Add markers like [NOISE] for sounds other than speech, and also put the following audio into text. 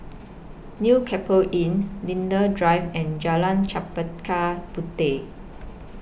New [UNINTELLIGIBLE] Inn Linden Drive and Jalan Chempaka Puteh